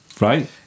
Right